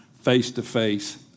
face-to-face